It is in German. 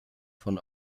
von